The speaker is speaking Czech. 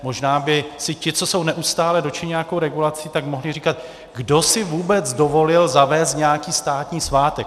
Možná by si ti, co jsou neustále dotčeni nějakou regulací, tak mohli říkat: Kdo si vůbec dovolil zavést nějaký státní svátek?